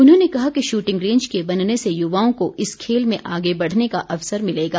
उन्होंने कहा कि शूटिंग रेंज के बनने से युवाओं को इस खेल में आगे बढ़ने का अवसर मिलेगा